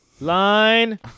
line